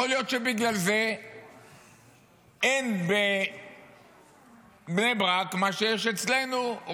יכול להיות שבגלל זה אין בבני ברק מה שיש אצלנו,